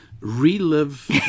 Relive